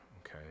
okay